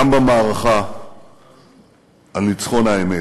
גם במערכה על ניצחון האמת.